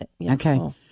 Okay